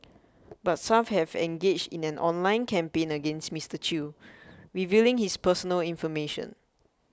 but some have engaged in an online campaign against Mister Chew revealing his personal information